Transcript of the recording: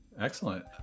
Excellent